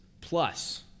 plus